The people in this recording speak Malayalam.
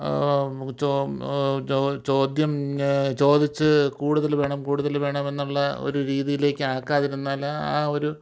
ചോദ്യം ചോദിച്ചു കൂടുതൽ വേണം കൂടുതൽ വേണമെന്നുള്ള ഒരു രീതിയിലേക്ക് ആക്കാതിരുന്നാൽ ആ ഒരു